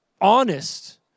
honest